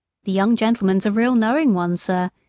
the young gentleman's a real knowing one, sir.